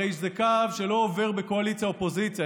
הרי זה קו שלא עובר בקואליציה אופוזיציה,